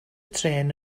trên